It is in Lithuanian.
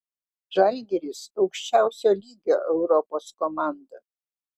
žalgiris aukščiausio lygio europos komanda